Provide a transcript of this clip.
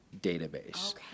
database